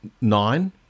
nine